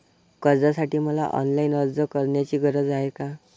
कर्जासाठी मला ऑनलाईन अर्ज करण्याची गरज आहे का?